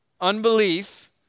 unbelief